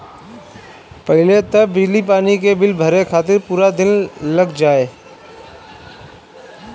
पहिले तअ बिजली पानी के बिल भरे खातिर पूरा पूरा दिन लाग जाए